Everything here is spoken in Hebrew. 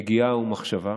נגיעה ומחשבה.